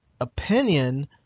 opinion